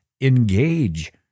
engage